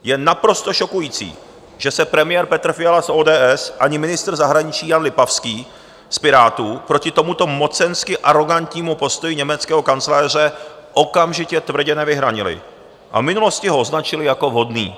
Je naprosto šokující, že se premiér Petr Fiala z ODS ani ministr zahraničí Jan Lipavský z Pirátů proti tomuto mocensky arogantnímu postoji německého kancléře okamžitě tvrdě nevyhranili, v minulosti ho označili jako vhodný.